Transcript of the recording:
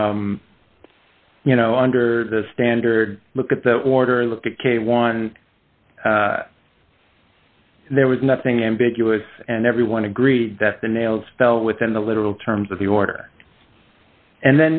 you know under the standard look at the order look at k one and there was nothing ambiguous and everyone agreed that the nails fell within the literal terms of the order and